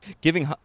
Giving